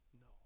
no